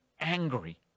angry